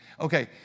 Okay